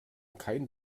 kein